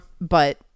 but-